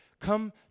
come